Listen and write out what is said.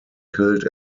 killed